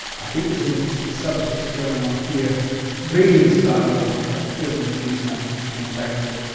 i think there's an interesting sub-text going on here reading this dialogue over thirty years now, coming back to it.